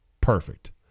Perfect